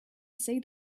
see